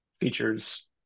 features